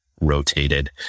rotated